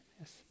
Yes